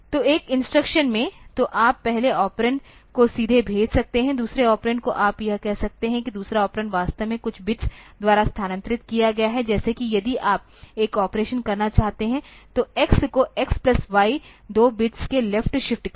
तो एक इंस्ट्रक्शन में तो आप पहले ऑपरेंड को सीधे भेज सकते हैं दूसरे ऑपरेंड को आप यह कह सकते हैं कि दूसरा ऑपरेंड वास्तव में कुछ बिट्स द्वारा स्थानांतरित किया गया है जैसे कि यदि आप एक ऑपरेशन करना चाहते हैं तो x को x प्लस y 2 बिट्स के लेफ्ट शिफ्ट के साथ